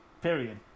Period